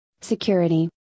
Security